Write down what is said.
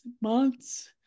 months